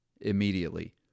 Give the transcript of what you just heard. immediately